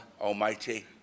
Almighty